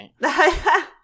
right